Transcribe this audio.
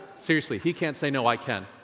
seriously, he can't say no, i can.